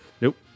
Nope